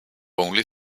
only